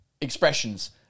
expressions